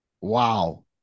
Wow